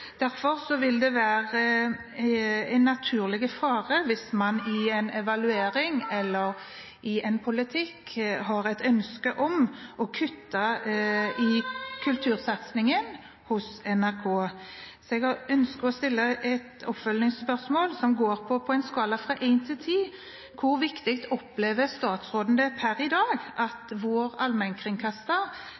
vil det være en naturlig fare hvis man i en evaluering eller i en politikk har et ønske om å kutte i kultursatsingen hos NRK. Jeg ønsker å stille et oppfølgingsspørsmål som går ut på følgende: På en skala fra 1 til 10, hvor viktig opplever statsråden det er per i dag at vår